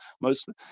mostly